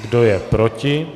Kdo je proti?